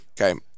Okay